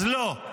אז לא,